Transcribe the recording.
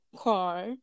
car